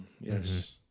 yes